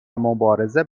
مبارزه